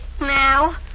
Now